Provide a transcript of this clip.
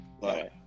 Bye